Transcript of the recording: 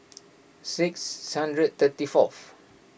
six thirty fourth